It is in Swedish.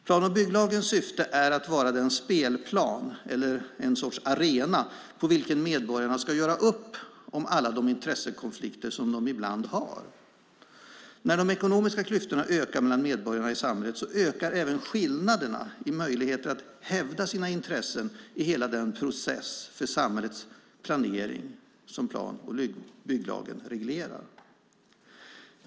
Plan och bygglagens syfte är att vara den spelplan eller arena på vilken medborgarna ska göra upp om de intressekonflikter som ibland uppstår. När de ekonomiska klyftorna ökar mellan medborgarna i samhället så ökar även skillnaderna i möjligheter att hävda sina intressen i hela den process för samhällets planering som plan och bygglagen reglerar.